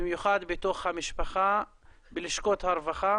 במיוחד בתוך המשפחה בלשכות הרווחה?